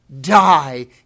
die